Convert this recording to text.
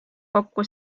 kokku